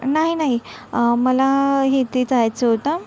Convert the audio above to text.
नाही नाही मला इथे जायचं होतं